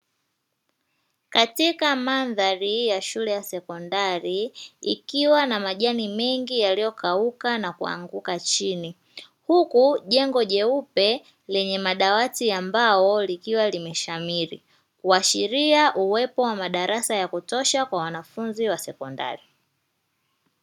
Katika mandhari ya shule ya sekondari ikiwa na majani mengi yaliyokauka na kuanguka chini, huku jengo jeupe lenye madawati ya mbao likiwa limeshamiri, kuashiria uwepo kwa madarasa ya kutosha kwa wanafunzi wa sekondari.